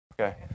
Okay